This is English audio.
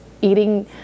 eating